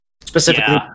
Specifically